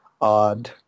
odd